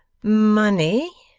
money?